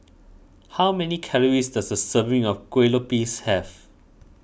how many calories does a serving of Kuih Lopes have